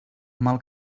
mal